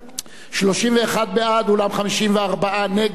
31 בעד, אולם 54 נגד, אין נמנעים.